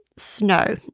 snow